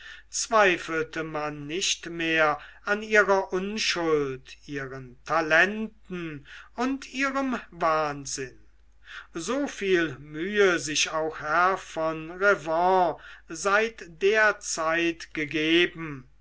zweifelte man nicht mehr an ihrer unschuld ihren talenten ihrem wahnsinn so viel mühe sich auch herr von revanne seit der zeit gegeben